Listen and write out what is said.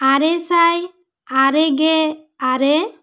ᱟᱨᱮᱥᱟᱭ ᱟᱨᱮᱜᱮ ᱟᱨᱮ